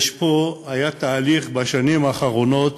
היה פה תהליך בשנים האחרונות